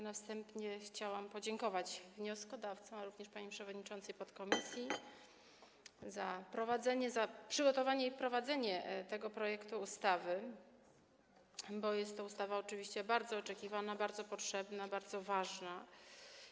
Na wstępie chciałam podziękować wnioskodawcom, ale również pani przewodniczącej podkomisji za przygotowanie i prowadzenie tego projektu ustawy, bo jest to ustawa oczywiście bardzo oczekiwana, bardzo potrzebna, bardzo ważna.